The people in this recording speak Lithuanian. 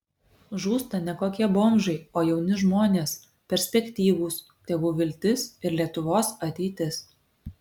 žūsta ne kokie bomžai o jauni žmonės perspektyvūs tėvų viltis ir lietuvos ateitis